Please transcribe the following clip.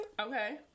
Okay